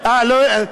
לא אליך.